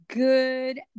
Good